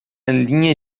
linha